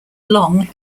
long